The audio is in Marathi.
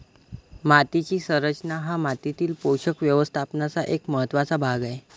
मातीची संरचना हा मातीतील पोषक व्यवस्थापनाचा एक महत्त्वाचा भाग आहे